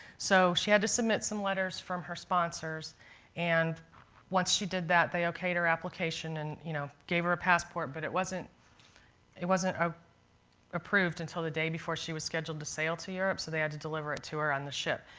so she had to submit some letters from her sponsors and once she did that they okayed her application and you know gave her a passport. but it wasn't it wasn't ah approved until the day before she was scheduled to sail to europe, so they had to deliver it to her on the ship.